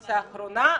האינסטנציה האחרונה.